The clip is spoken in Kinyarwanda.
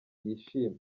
yishima